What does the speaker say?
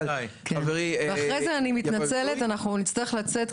אז חברי --- אז אני מתנצלת אבל אחרי זה אנחנו נאלץ לצאת.